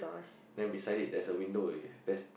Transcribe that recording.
then beside it there's a window with it there's